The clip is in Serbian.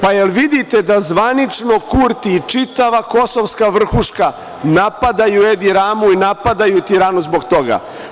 Da li vidite da zvanično Kurti i čitava kosovska vrhuška napadaju Edi Ramu i napadaju Tiranu zbog toga?